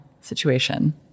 situation